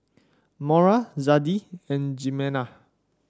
Maura Zadie and Jimena